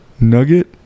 Nugget